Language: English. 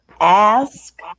ask